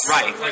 Right